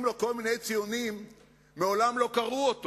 לו כל מיני ציונים מעולם לא קראו אותו.